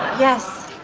yes